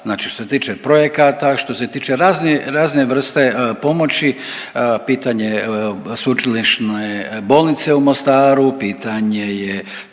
znači što se tiče projekata, što se tiče razne vrste pomoći, pitanje sveučilišne bolnice u Mostaru, pitanje je